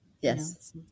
Yes